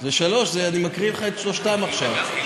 זה שלוש, אני מקריא לך את שלושתן עכשיו.